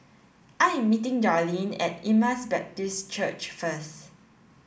I am meeting Darleen at Emmaus Baptist Church first